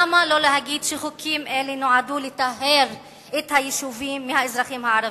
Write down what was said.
למה לא להגיד שחוקים אלה נועדו לטהר את היישובים מהאזרחים הערבים?